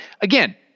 again